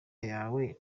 yawe